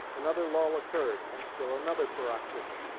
another lull occurred, and still another paroxysm,